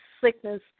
sickness